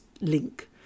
link